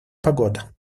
погода